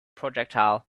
projectile